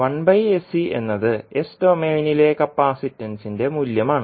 1sC എന്നത് S ഡൊമെയ്നിലെ കപ്പാസിറ്റൻസിന്റെ മൂലൃമാണ്